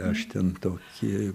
aš ten tokį